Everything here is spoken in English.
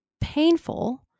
painful